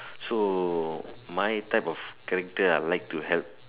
so my type of character I like to help